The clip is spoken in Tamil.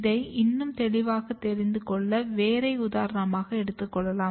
இதை இன்னும் தெளிவாக தெரிந்துகொள்ள வேரை உதாரணமாக எடுத்துக்கொள்ளலாம்